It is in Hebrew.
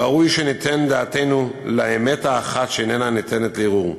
ראוי שניתן את דעתנו לאמת האחת שאיננה ניתנת לערעור: